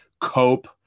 cope